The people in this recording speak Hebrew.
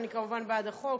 אני כמובן בעד החוק.